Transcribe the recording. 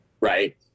Right